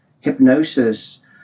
hypnosis